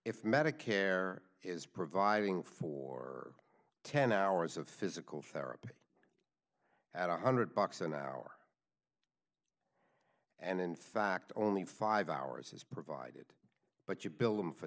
if medicare is providing for ten hours of physical therapy at one hundred dollars an hour and in fact only five hours is provided but you bill them for